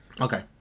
Okay